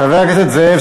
חבר הכנסת זאב,